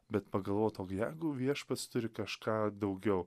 bet pagalvot ov jeigu viešpats turi kažką daugiau